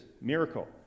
miracle